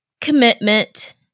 commitment